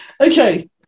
Okay